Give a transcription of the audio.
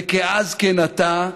וכאז כן עתה,